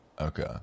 okay